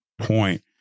point